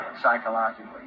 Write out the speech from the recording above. psychologically